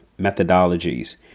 methodologies